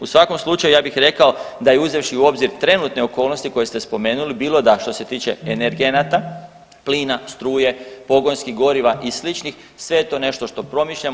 U svakom slučaju ja bih rekao da je uzevši u obzir trenutne okolnosti koje ste spomenuli bilo da što se tiče energenata, plina, struje, pogonskih goriva i sličnih sve je to nešto što promišljamo.